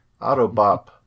Autobop